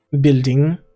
building